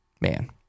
Man